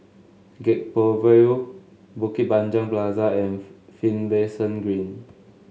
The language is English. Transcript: Gek Poh Ville Bukit Panjang Plaza and Finlayson Green